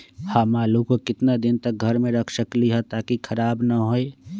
हम आलु को कितना दिन तक घर मे रख सकली ह ताकि खराब न होई?